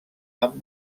amb